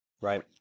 right